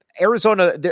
Arizona